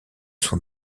son